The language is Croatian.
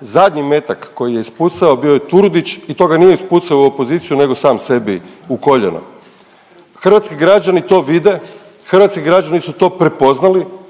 Zadnji metak koji je ispucao bio je Turudić i to ga nije ispucao u opoziciju nego sam sebi u koljeno. Hrvatski građani to vide. Hrvatski građani su to prepoznali